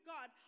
God